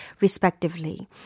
respectively